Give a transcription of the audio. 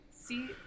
see